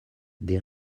des